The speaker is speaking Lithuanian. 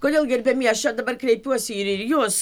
kodėl gerbiamieji aš čia dabar kreipiuosi ir ir jus